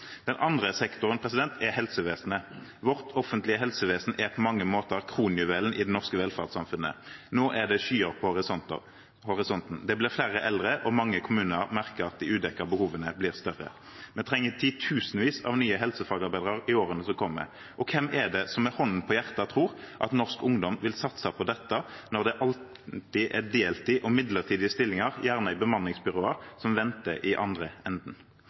Den andre sektoren er helsevesenet. Vårt offentlige helsevesen er på mange måter kronjuvelen i det norske velferdssamfunnet. Nå er det skyer i horisonten. Det blir flere eldre og mange kommuner merker at de udekkede behovene blir større. Vi trenger titusenvis av nye helsefagarbeidere i årene som kommer. Og hvem er det som med hånden på hjertet kan si at norsk ungdom vil satse på dette når det alltid er deltid og midlertidige stillinger, gjerne i bemanningsbyråer, som venter i andre enden?